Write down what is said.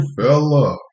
fella